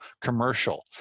commercial